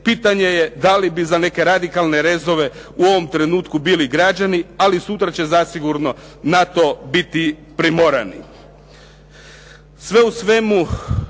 pitanje je da li bi za neke radikalne rezove u ovom trenutku bili građani, ali sutra će zasigurno na to biti primorani.